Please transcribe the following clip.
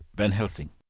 van helsing.